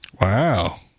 wow